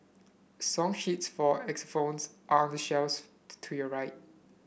song sheets for phones are on the shells to your right